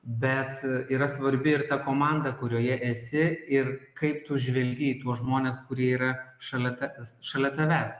bet yra svarbi ir ta komanda kurioje esi ir kaip tu žvelgi į tuos žmones kurie yra šalia ta šalia tavęs